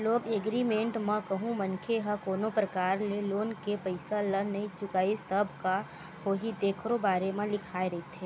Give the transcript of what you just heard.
loan agreement म कहूँ मनखे ह कोनो परकार ले लोन के पइसा ल नइ चुकाइस तब का होही तेखरो बारे म लिखाए रहिथे